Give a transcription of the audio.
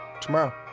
tomorrow